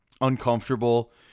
uncomfortable